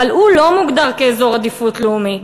לא מוגדרת כאזור עדיפות לאומית.